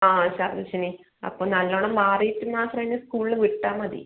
ആ ഛർദ്ദിച്ചിനി അപ്പോൾ നല്ലോണം മാറിയിട്ട് മാത്രം ഇനി സ്കൂളിൽ വിട്ടാൽ മതി